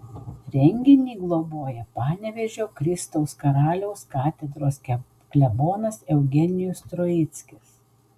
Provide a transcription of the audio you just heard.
renginį globoja panevėžio kristaus karaliaus katedros klebonas eugenijus troickis